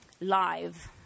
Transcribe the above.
live